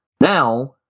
Now